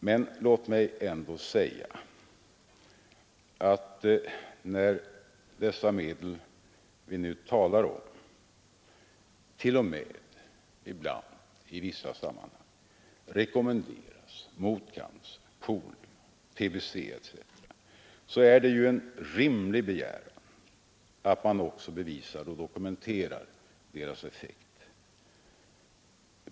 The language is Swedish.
Men låt mig ändå säga att när man här på detta sätt talar om dessa medel och t.o.m. i vissa sammanhang rekommenderar dem mot cancer, polio, tbc, etc. är det väl en rimlig begäran att man också bevisar och dokumenterar deras effekt.